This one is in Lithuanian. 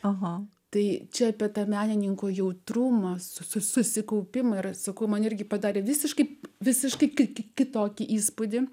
aha tai čia apie menininko jautrumą susikaupimą ir atsuko man irgi padarė visiškai visiškai kitokį įspūdį